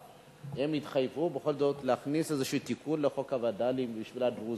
הם התחייבו בכל זאת להכניס איזשהו תיקון לחוק הווד"לים בשביל הדרוזים.